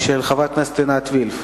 של חברת הכנסת עינת וילף